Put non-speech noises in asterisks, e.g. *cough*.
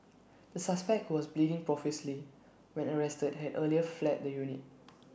the suspect who was bleeding profusely when arrested had earlier fled the unit *noise*